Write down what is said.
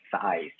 size